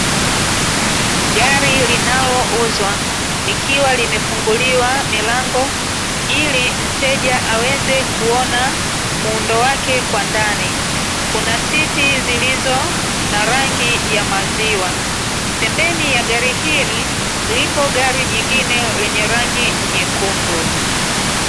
Gari linalouzwa, likiwa limefunguliwa milango ili mteja aweze kuona muundo wake kwa ndani. Kuna siti zilizo na rangi ya maziwa. Pembeni ya gari hili lipo gari jingine lenye rangi nyekundu.